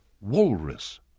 walrus